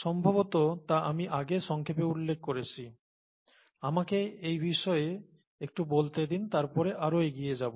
সম্ভবত তা আমি আগে সংক্ষেপে উল্লেখ করেছি আমাকে এই বিষয়ে একটু বলতে দিন তারপর আরও এগিয়ে যাব